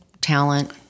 talent